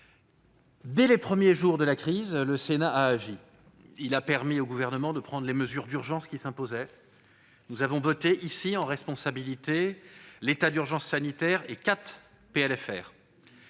Dès les premiers jours de la crise, le Sénat a agi. Il a permis au Gouvernement de prendre les mesures d'urgence qui s'imposaient. Nous avons voté, ici, en responsabilité, l'état d'urgence sanitaire et quatre